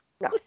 no